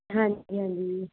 ਹਾਂਜੀ ਹਾਂਜੀ